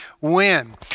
win